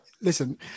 listen